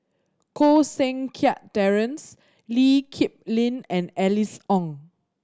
Koh Seng Kiat Terence Lee Kip Lin and Alice Ong